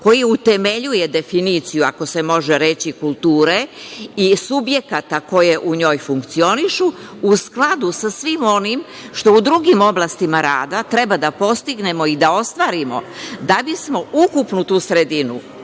koji utemeljuje definiciju, ako se može reći kulture i subjekata koje u njoj funkcionišu u skladu sa svim onim što u drugim oblastima rada treba da postignemo i da ostvarimo da bismo ukupnu tu sredinu